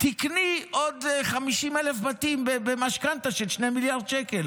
תקני עוד 50,000 בתים במשכנתה של 2 מיליארד שקל,